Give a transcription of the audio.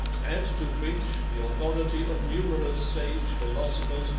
add to which the authority of numerous sage philosophers,